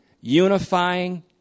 unifying